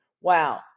Wow